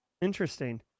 Interesting